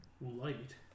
Light